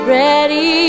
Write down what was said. ready